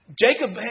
Jacob